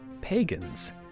pagans